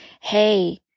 hey